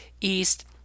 east